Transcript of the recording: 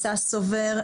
ססובר,